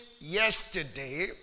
yesterday